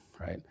right